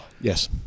Yes